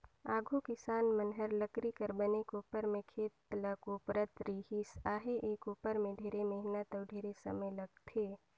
आघु किसान मन हर लकरी कर बने कोपर में खेत ल कोपरत रिहिस अहे, ए कोपर में ढेरे मेहनत अउ ढेरे समे लगथे